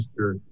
Mr